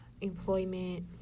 employment